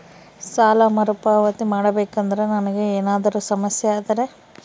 ಸಾಲ ಮರುಪಾವತಿ ಮಾಡಬೇಕಂದ್ರ ನನಗೆ ಏನಾದರೂ ಸಮಸ್ಯೆ ಆದರೆ?